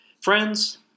Friends